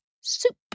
soup